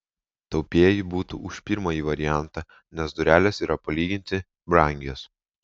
taupieji būtų už pirmąjį variantą nes durelės yra palyginti brangios